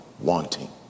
wanting